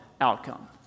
outcome